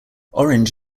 orange